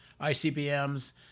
ICBMs